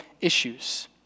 issues